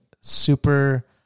super